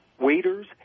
waiters